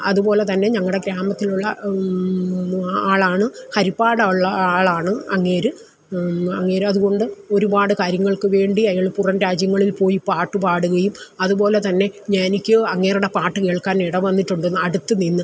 അതുപോലെത്തന്നെ ഞങ്ങളുടെ ഗ്രാമത്തിലുള്ള ആളാണ് ഹരിപ്പാടുള്ള ആളാണ് അങ്ങേര് അങ്ങേരതുകൊണ്ട് ഒരുപാട് കാര്യങ്ങൾക്ക് വേണ്ടി അയാൾ പുറം രാജ്യങ്ങളിൽപ്പോയി പാട്ടുപാടുകയും അതുപോലെതന്നെ എനിക്ക് അങ്ങേരുടെ പാട്ട് കേൾക്കാനിടവന്നിട്ടുണ്ട് അടുത്തുനിന്ന്